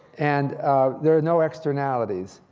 and there are no externalities.